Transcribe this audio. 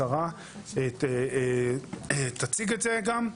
השרה תציג את זה גם,